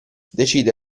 decide